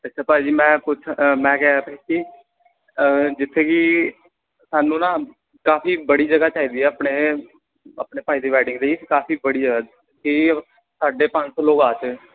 ਅੱਛਾ ਭਾਅ ਜੀ ਮੈਂ ਪੁੱਛ ਮੈਂ ਕਹਿ ਰਿਹਾ ਤਾ ਕਿ ਜਿੱਥੇ ਕਿ ਸਾਨੂੰ ਨਾ ਕਾਫੀ ਬੜੀ ਜਗ੍ਹਾ ਚਾਹੀਦੀ ਹੈ ਆਪਣੇ ਆਪਣੇ ਭਾਈ ਦੀ ਵੈਡਿੰਗ ਲਈ ਕਾਫੀ ਬੜੀ ਜਗ੍ਹਾ ਕਿ ਸਾਢੇ ਪੰਜ ਸੌ ਲੋਕ